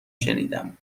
شنیدم